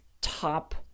top